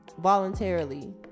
Voluntarily